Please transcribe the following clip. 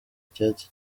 icyatsi